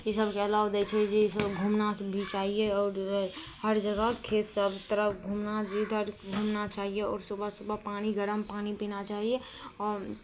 ई सभके एलाव दै छै जे घुमना भी चाहिए आओर हर जगह खेत सभ तरफ घुमना जिधर घुमना चाहिए आओर सुबह सुबह पानि गरम पानि पीना चाहिए आ